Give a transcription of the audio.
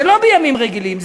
זה לא בימים רגילים,